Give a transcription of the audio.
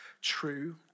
true